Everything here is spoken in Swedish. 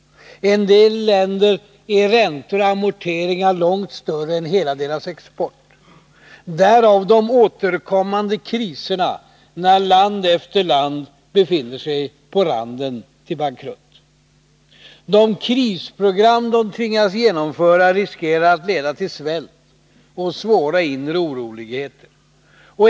För en del länder är räntan och amorteringarna långt större än hela deras export, därav de återkommande kriserna när land efter land befinner sig på randen till bankrutt. De krisprogram de tvingas genomföra riskerar att leda till svält och svåra inre oroligheter.